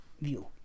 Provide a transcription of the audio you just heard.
view